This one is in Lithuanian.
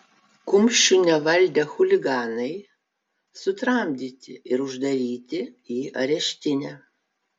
kumščių nevaldę chuliganai sutramdyti ir uždaryti į areštinę